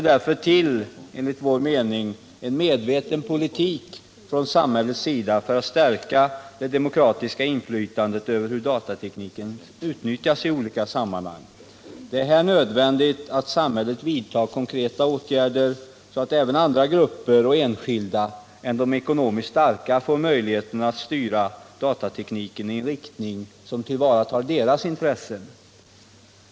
Enligt vår mening krävs det därför en medveten politik från samhällets sida för att stärka det demokratiska inflytandet över datateknikens utnyttjande i olika sammanhang. Det är nödvändigt att samhället vidtar konkreta åtgärder, så att datatekniken styrs i en sådan riktning att även andra gruppers intressen än de ekonomiskt starkas blir tillgodosedda.